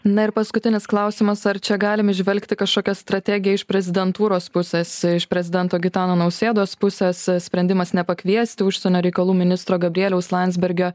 na ir paskutinis klausimas ar čia galim įžvelgti kažkokią strategiją iš prezidentūros pusės iš prezidento gitano nausėdos pusės sprendimas nepakviesti užsienio reikalų ministro gabrieliaus landsbergio